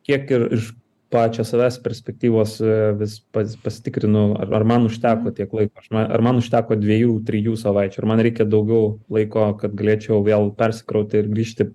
kiek ir iš pačio savęs perspektyvos vis pats pasitikrinau ar ar man užteko tiek laiko ar man užteko dviejų trijų savaičių ir man reikia daugiau laiko kad galėčiau vėl persikrauti ir grįžti